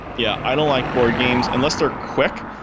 yeah. i don't like board games, unless they're quick.